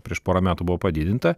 prieš porą metų buvo padidinta